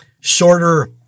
shorter